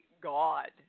God